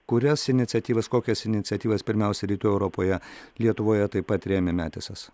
kurias iniciatyvas kokias iniciatyvas pirmiausia rytų europoje lietuvoje taip pat rėmė metisas